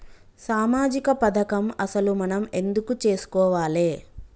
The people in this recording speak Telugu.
సామాజిక పథకం అసలు మనం ఎందుకు చేస్కోవాలే?